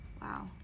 wow